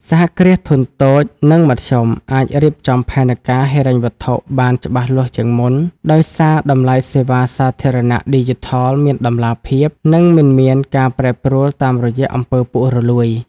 សហគ្រាសធុនតូច និងមធ្យមអាចរៀបចំផែនការហិរញ្ញវត្ថុបានច្បាស់លាស់ជាងមុន ដោយសារតម្លៃសេវាសាធារណៈឌីជីថលមានតម្លាភាព និងមិនមានការប្រែប្រួលតាមរយៈ អំពើពុករលួយ។